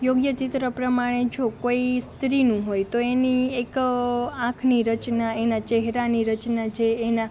યોગ્ય ચિત્ર પ્રમાણે જો કોઈ સ્ત્રીનું હોય તો એની એક આંખની રચના એના ચહેરાની રચના જે એના